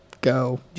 go